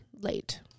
late